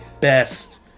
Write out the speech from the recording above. best